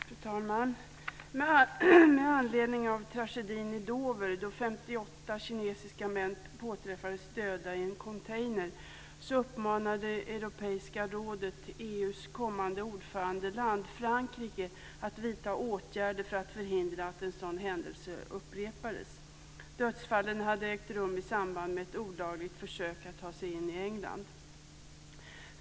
Fru talman! Med anledning av tragedin i Dover då 58 kinesiska män påträffades döda i en container uppmanade Europeiska rådet EU:s kommande ordförandeland Frankrike att vidta åtgärder för att förhindra att en sådan händelse upprepades. Dödsfallen hade ägt rum i samband med ett olagligt försök att ta sig in i England.